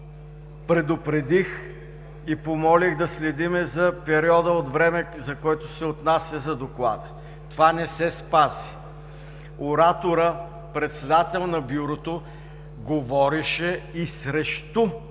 Предупредих и помолих да следим за периода от време, за което се отнася Докладът. Това не се спази. Ораторът – председател на Бюрото, говореше и срещу